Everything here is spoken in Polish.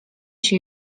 się